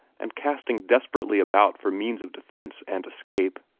and casting desperately about for means of defence and escape.